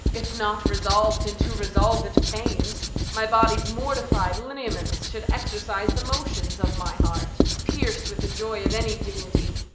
if not resolv'd into resolved pains my body's mortified lineaments should exercise the motions of my heart, pierc'd with the joy of any dignity!